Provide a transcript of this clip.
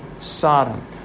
Sodom